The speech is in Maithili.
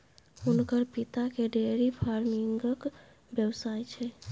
हुनकर पिताकेँ डेयरी फार्मिंगक व्यवसाय छै